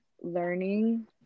learning